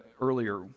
earlier